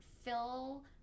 fill